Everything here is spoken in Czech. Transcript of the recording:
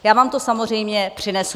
Já vám to samozřejmě přinesu.